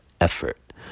effort